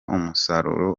umusaruro